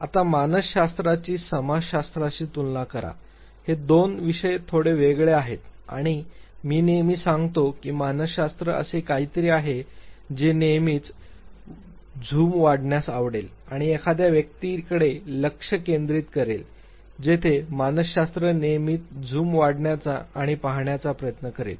आता मानसशास्त्राची समाजशास्त्राशी तुलना करा हे दोन विषय थोडे वेगळे आहेत आणि मी नेहमी सांगतो की मानसशास्त्र असे काहीतरी आहे जे नेहमीच झूम वाढवण्यास आवडेल आणि एखाद्या व्यक्तीकडे लक्ष केंद्रित करेल जेथे समाजशास्त्र नेहमीच झूम वाढवण्याचा आणि पाहण्याचा प्रयत्न करेल